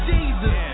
Jesus